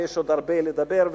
ויש עוד הרבה לדבר,